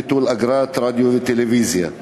ביטול אגרת רדיו וטלוויזיה).